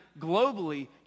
globally